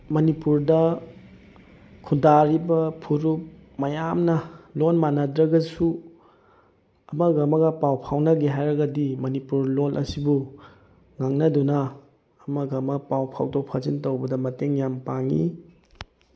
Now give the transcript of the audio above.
ꯃꯅꯤꯄꯨꯔꯗ ꯈꯨꯟꯗꯥꯔꯤꯕ ꯐꯨꯔꯨꯞ ꯃꯌꯥꯝꯅ ꯂꯣꯟ ꯃꯥꯟꯅꯗ꯭ꯔꯒꯁꯨ ꯑꯃꯒ ꯑꯃꯒ ꯄꯥꯎ ꯐꯥꯎꯅꯒꯦ ꯍꯥꯏꯔꯒꯗꯤ ꯃꯅꯤꯄꯨꯔ ꯂꯣꯜ ꯑꯁꯤꯕꯨ ꯉꯥꯡꯅꯗꯨꯅ ꯑꯃꯒ ꯑꯃꯒ ꯄꯥꯎ ꯐꯥꯎꯗꯣꯛ ꯐꯥꯎꯖꯤꯟ ꯇꯧꯕꯗ ꯃꯇꯦꯡ ꯌꯥꯝ ꯄꯥꯡꯉꯤ